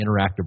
Interactive